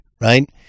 Right